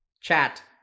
Chat